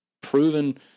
proven